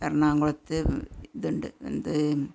എറണകുളത്ത് ഇതുണ്ട് എന്ത്